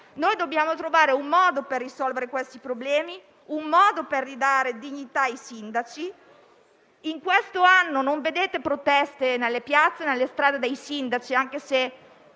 Dobbiamo trovare un modo per risolvere questi problemi, per ridare dignità ai sindaci. In questo anno non avete visto proteste nelle piazze e nelle strade da parte dei sindaci, anche se